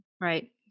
Right